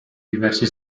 diversi